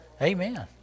amen